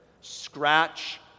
Scratch